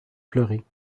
pleurer